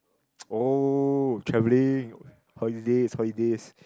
oh travelling holidays holidays